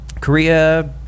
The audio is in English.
Korea